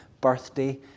birthday